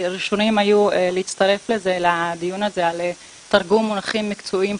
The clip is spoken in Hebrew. ראשונים להצטרף לדיון הזה על תרגום מונחים מקצועיים,